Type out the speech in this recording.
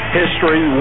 history